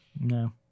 no